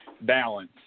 balance